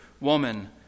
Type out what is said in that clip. woman